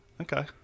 okay